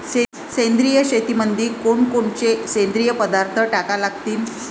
सेंद्रिय शेतीमंदी कोनकोनचे सेंद्रिय पदार्थ टाका लागतीन?